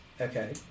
Okay